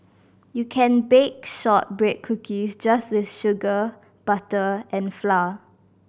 you can bake shortbread cookies just with sugar butter and flour